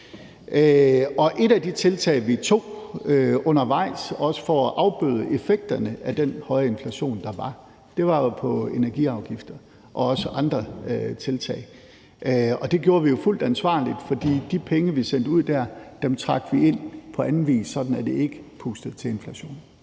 Et af de tiltag, vi tog undervejs også for at afbøde effekterne af den høje inflation, der var, var jo på energiafgifter, og der var også andre tiltag. Det gjorde vi jo fuldt ansvarligt, for de penge, vi sendte ud der, trak vi ind på anden vis, sådan at det ikke pustede til inflationen.